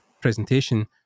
presentation